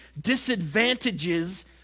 disadvantages